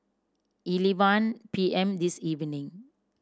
eleven P M this evening